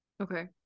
okay